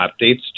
updates